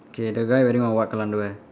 okay the guy wearing wh~ what colour underwear